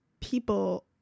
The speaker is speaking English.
people